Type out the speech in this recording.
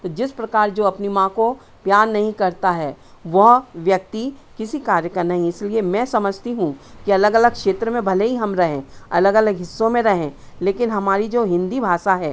तो जिस प्रकार जो अपनी माँ को प्यार नहीं करता है वह व्यक्ति किसी कार्य का नहीं इसलिए मैं समझती हूँ कि अलग अलग क्षेत्र में भले ही हम रहें अलग अलग हिस्सों में रहें लेकिन हमारी जो हिन्दी भाषा है